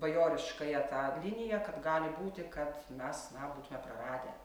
bajoriškąją tą liniją kad gali būti kad mes na būtume praradę